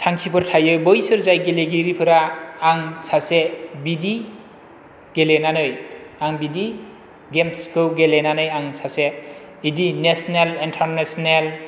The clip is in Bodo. थांखिफोर थायो बैसोर जाय गेलेगिरिफोरा आं सासे बिदि गेलेनानै आं बिदि गेम्सखौ गेलेनानै आं सासे बिदि नेसेनेल इन्टारनेसनेल